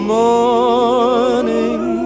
morning